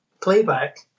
playback